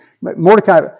Mordecai